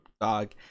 dog